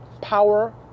power